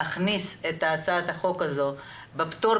אני עוד פעם אומרת,